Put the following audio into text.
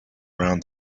around